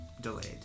delayed